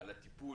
נעמי,